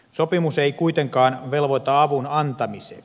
sopimus ei kuitenkaan velvoita avun antamiseen